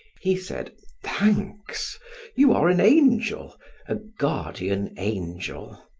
he said thanks you are an angel a guardian angel.